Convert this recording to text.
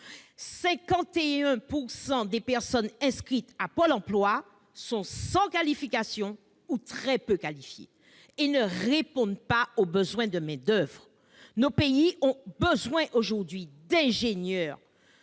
51 % des personnes inscrites à Pôle emploi sont sans qualification ou très peu qualifiées et ne répondent pas aux besoins de main-d'oeuvre de nos territoires. Aujourd'hui, nous